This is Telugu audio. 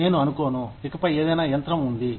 నేను అనుకోను ఇకపై ఏదైనా యంత్రం ఉంది